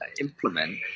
Implement